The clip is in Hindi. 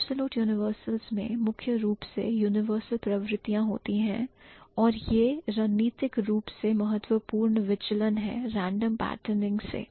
Absolute universals में मुख्य रूप से यूनिवर्सल प्रवृत्तियां होती हैं और यह है रणनीतिक रूप से महत्वपूर्ण विचलन है random patterning से